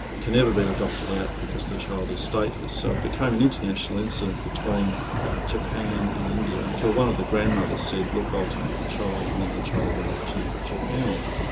can never be adopted out, because the child is stateless, so it became an international incident between japan and india until one of the grandmothers said, look, i'll take the child, and then the child went off to japan.